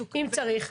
אם צריך,